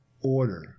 order